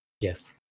yes